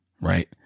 right